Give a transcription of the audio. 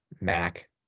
Mac